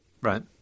Right